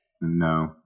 No